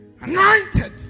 Anointed